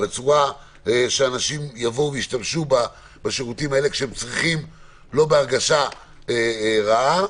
שאנשים יבואו להשתמש בשירותים ותהיה להם הרגשה טובה.